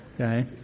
Okay